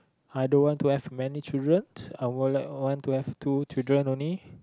I don't want to have many children I would like one to have two children only